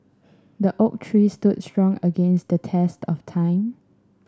the oak tree stood strong against the test of time